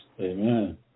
Amen